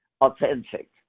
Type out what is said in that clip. authentic